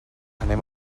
anem